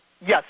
yes